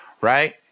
right